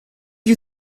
you